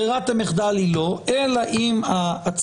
ברירת המחדל היא לא, אלא אם העצור.